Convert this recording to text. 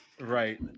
right